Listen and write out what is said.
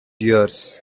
years